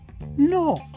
No